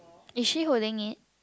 is she holding it